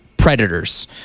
predators